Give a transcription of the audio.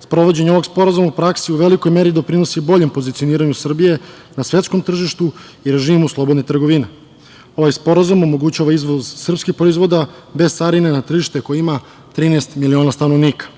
Sprovođenju ovog sporazuma u praksi u velikoj meri doprinosi boljem pozicioniranju Srbije na svetskom tržištu i režimu slobodne trgovine. Ovaj sporazum omogućava izvoz srpskih proizvoda bez carine na tržište koje ima 13 miliona stanovnika. Kada